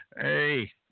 Hey